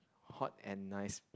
hot and nice